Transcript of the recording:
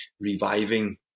reviving